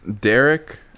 derek